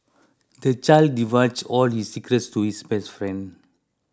the child divulged all his secrets to his best friend